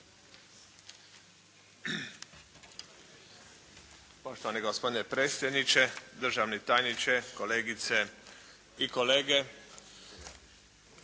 Poštovani gospodine predsjedniče, državni tajniče, kolegice i kolege.